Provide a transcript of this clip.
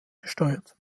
gesteuert